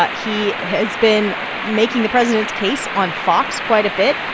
ah he has been making the president's case on fox quite a bit.